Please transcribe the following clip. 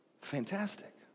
Fantastic